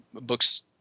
books